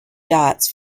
dots